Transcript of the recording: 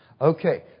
Okay